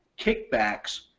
kickbacks